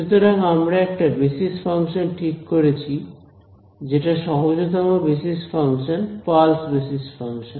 সুতরাং আমরা একটা বেসিস ফাংশন ঠিক করেছি যেটা সহজতম basis function pulse basis function